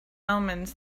omens